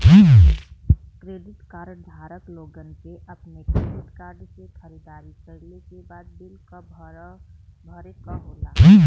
credit card धारक लोगन के अपने क्रेडिट कार्ड से खरीदारी कइले के बाद बिल क भरे क होला